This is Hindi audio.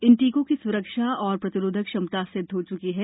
इन टीकों की सुरक्षा और प्रतिरोधक क्षमता सिद्ध हो चुकी है